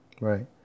Right